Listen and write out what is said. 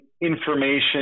information